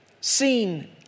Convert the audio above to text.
seen